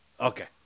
Okay